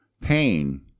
pain